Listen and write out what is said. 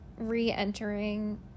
re-entering